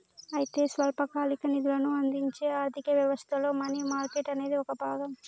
అయితే స్వల్పకాలిక నిధులను అందించే ఆర్థిక వ్యవస్థలో మనీ మార్కెట్ అనేది ఒక భాగం